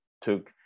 took